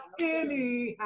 anyhow